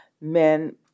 men